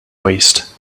waist